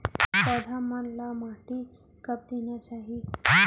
पौधा मन ला माटी कब देना चाही?